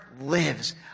Lives